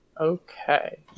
Okay